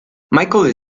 michael